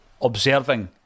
observing